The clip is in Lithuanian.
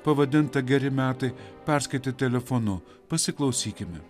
pavadintą geri metai perskaitė telefonu pasiklausykime